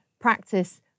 practice